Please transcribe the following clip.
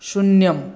शुन्यम्